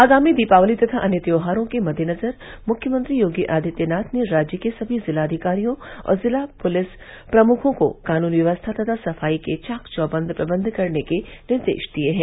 आगामी दीपावली तथा अन्य त्यौहारों के मद्देनजर मुख्यमंत्री योगी आदित्यनाथ ने राज्य के सभी जिलाधिकारियों और जिला पुलिस प्रमुखों को कानून व्यवस्था तथा सफाई के चाक चौबंद प्रबंध करने के निर्देश दिये हैं